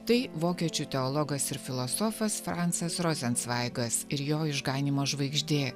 tai vokiečių teologas ir filosofas francas rozencveigas ir jo išganymo žvaigždė